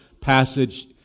passage